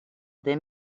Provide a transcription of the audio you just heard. then